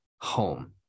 home